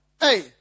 Hey